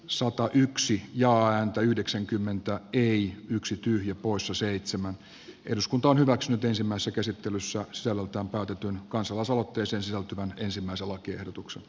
suokaa yksi joan tai yhdeksänkymmentä ei voittaa on hyväksynyt ensimmäisen käsittelyssä selältä otetun kansalaisaloitteeseen sisältyvä ensimmäisen lakiehdotuksen